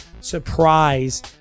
surprise